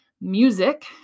music